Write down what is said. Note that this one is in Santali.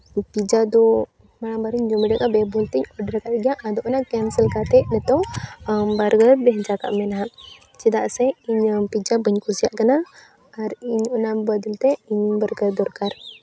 ᱯᱤᱡᱽᱡᱟ ᱫᱚ ᱦᱟᱱᱟ ᱵᱟᱨᱮᱧ ᱡᱚᱢ ᱞᱮᱫᱟ ᱵᱮᱵᱷᱩᱞ ᱛᱮᱧ ᱚᱰᱟᱨ ᱟᱠᱟᱫᱟ ᱟᱫᱚ ᱚᱱᱟ ᱠᱮᱱᱥᱮᱞ ᱠᱟᱛᱮᱫ ᱱᱤᱛᱚᱜ ᱵᱟᱨᱜᱟᱨ ᱵᱷᱮᱡᱟ ᱠᱟᱜ ᱢᱮ ᱱᱟᱦᱟᱜ ᱪᱮᱫᱟᱜ ᱥᱮ ᱤᱧ ᱯᱤᱡᱽᱡᱟ ᱵᱟᱹᱧ ᱠᱩᱥᱤᱭᱟᱜ ᱠᱟᱱᱟ ᱟᱨ ᱤᱧ ᱚᱱᱟ ᱵᱚᱫᱚᱞ ᱛᱮ ᱤᱧ ᱵᱟᱨᱜᱟᱨ ᱫᱚᱨᱠᱟᱨ